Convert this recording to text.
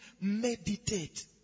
Meditate